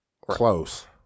Close